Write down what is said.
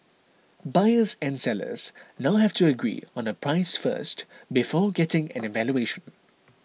buyers and sellers now have to agree on a price first before getting an evaluation